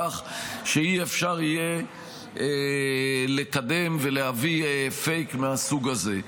כך שאי-אפשר יהיה לקדם ולהביא פייק מהסוג הזה.